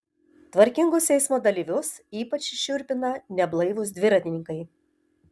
tvarkingus eismo dalyvius ypač šiurpina neblaivūs dviratininkai